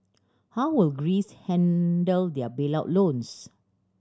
how will Greece handle their bailout loans